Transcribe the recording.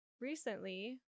recently